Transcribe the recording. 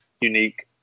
unique